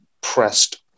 pressed